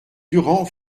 durand